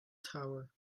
tower